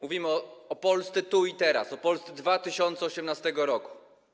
Mówimy o Polsce tu i teraz, o Polsce 2018 r.